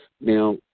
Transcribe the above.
Now